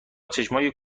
چشمای